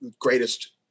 greatest